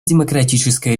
демократическая